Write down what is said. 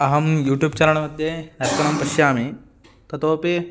अहं यूट्यूब्चाणल्मध्ये दर्शनं करिष्यामि ततोपि